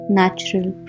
natural